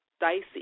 Dicey